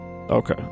Okay